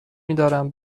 میدارم